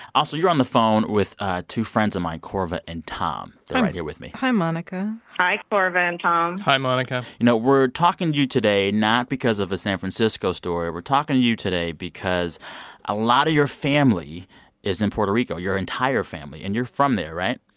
also you're on the phone with ah two friends of mine, korva and tom. they're right here with me hi, monica hi, korva and tom hi, monica you know, we're talking to you today not because of a san francisco story. we're talking to you today because a lot of your family is in puerto rico your entire family. and you're from there, right?